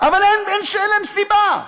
אין להם סיבה.